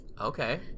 Okay